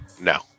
No